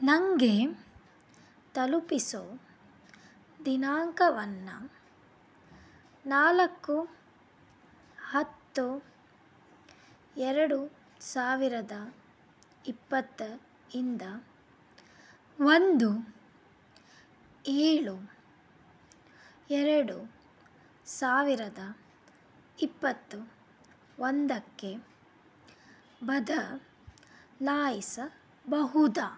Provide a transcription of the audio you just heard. ನನಗೆ ತಲುಪಿಸೊ ದಿನಾಂಕವನ್ನು ನಾಲ್ಕು ಹತ್ತು ಎರಡು ಸಾವಿರದ ಇಪ್ಪತ್ತು ಇಂದ ಒಂದು ಏಳು ಎರಡು ಸಾವಿರದ ಇಪ್ಪತ್ತ ಒಂದಕ್ಕೆ ಬದಲಾಯಿಸಬಹುದಾ